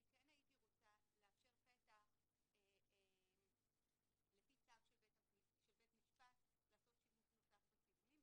אני כן רוצה לאפשר פתח לפי צו של בית משפט לעשות שימוש נוסף בצילומים.